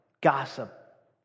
gossip